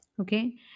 Okay